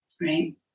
right